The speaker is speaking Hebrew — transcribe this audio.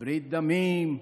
"ברית דמים"